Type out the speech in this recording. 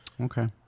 okay